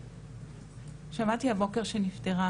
שמעתי הבוקר שנפטרה